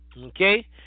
okay